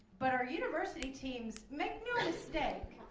but our university teams, make no mistake.